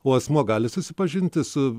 o asmuo gali susipažinti su